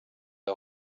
der